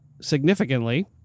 significantly